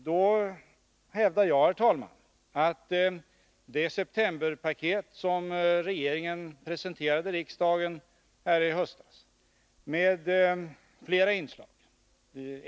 Jag hävdar, herr talman, att det septemberpaket som regeringen presenterade riksdagen innehöll flera budskap.